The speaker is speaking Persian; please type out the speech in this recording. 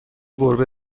گربه